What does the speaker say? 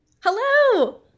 hello